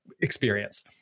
experience